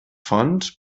fonts